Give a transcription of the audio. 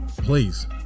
please